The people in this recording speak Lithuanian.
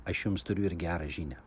aš jums turiu ir gerą žinią